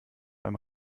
beim